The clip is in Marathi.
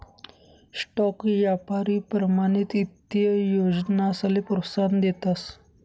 स्टॉक यापारी प्रमाणित ईत्तीय योजनासले प्रोत्साहन देतस